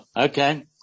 Okay